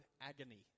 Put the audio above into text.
agony